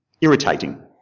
irritating